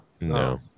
No